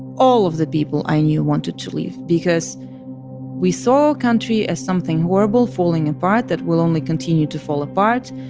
all of the people i knew wanted to leave because we saw our country as something horrible, falling apart, that will only continue to fall apart.